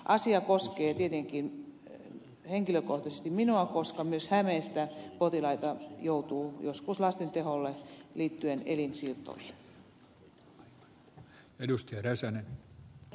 asia koskee tietenkin henkilökohtaisesti minua koska myös hämeestä potilaita joutuu joskus lasten teholle liittyen elinsiirtoihin